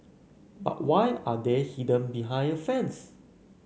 but why are they hidden behind a fence